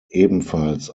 ebenfalls